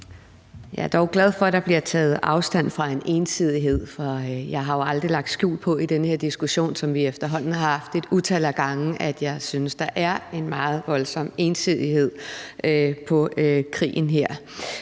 Jeg er dog glad for, der bliver taget afstand fra en ensidighed, for jeg har jo aldrig lagt skjul på i den her diskussion, som vi efterhånden har haft et utal af gange, at jeg synes, at der er en meget voldsom ensidighed i forhold